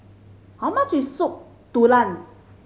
how much is Soup Tulang